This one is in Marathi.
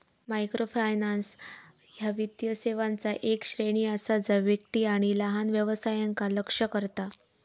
मायक्रोफायनान्स ह्या वित्तीय सेवांचा येक श्रेणी असा जा व्यक्ती आणि लहान व्यवसायांका लक्ष्य करता